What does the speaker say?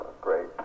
great